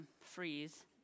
freeze